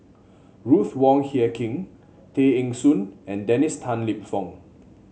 Ruth Wong Hie King Tay Eng Soon and Dennis Tan Lip Fong